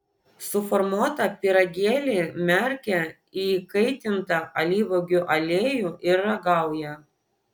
suformuotą pyragėlį merkia į įkaitintą alyvuogių aliejų ir ragauja